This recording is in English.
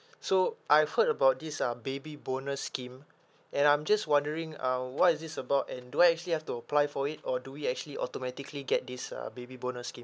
so I've heard about this uh baby bonus scheme and I'm just wondering uh what is this about and do I actually have to apply for it or do we actually automatically get this uh baby bonus scheme